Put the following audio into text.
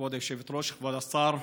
כבוד היושבת-ראש,